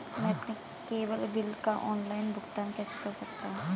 मैं अपने cable bill का ऑनलाइन भुगतान कैसे कर सकता हूं?